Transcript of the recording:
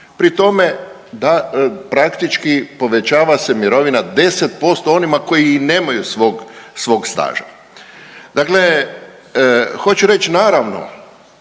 Pri tome praktički povećava se mirovina 10% onima koji i nemaju svog staža. Dakle, hoću reć naravno,